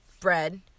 bread